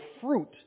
fruit